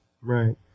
Right